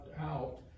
out